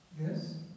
Yes